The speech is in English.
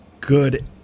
good